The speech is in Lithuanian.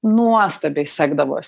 nuostabiai sekdavos